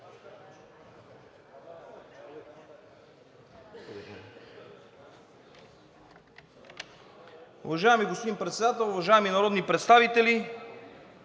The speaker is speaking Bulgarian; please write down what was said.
Уважаеми господин Председател, уважаеми народни представители,